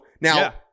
now